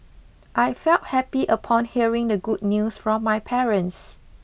I felt happy upon hearing the good news from my parents